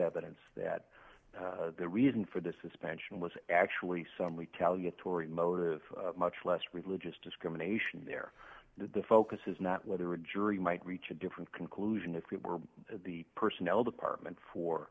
evidence that the reason for this expansion was actually some retaliatory motive much less religious discrimination there the focus is not whether a jury might reach a different conclusion if it were the personnel department